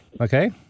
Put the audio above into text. Okay